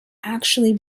actually